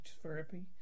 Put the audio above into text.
therapy